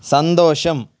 സന്തോഷം